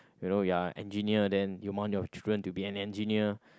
you know you're an engineer then you want your children to be an engineer